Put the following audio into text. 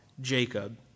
Jacob